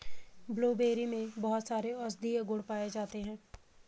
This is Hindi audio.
ब्लूबेरी में बहुत सारे औषधीय गुण पाये जाते हैं